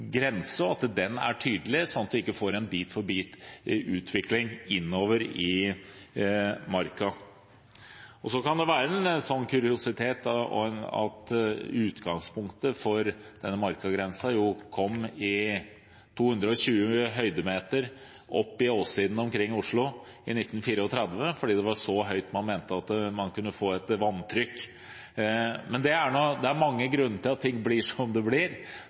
grense, og at den er tydelig, sånn at vi ikke får en bit-for-bit-utvikling innover i marka. Så kan det være en kuriositet at utgangspunktet for denne markagrensen var at 220 høydemeter opp i åssidene omkring Oslo i 1934 var så høyt man mente at man kunne få et vanntrykk. Det er nå mange grunner til at ting blir som de blir,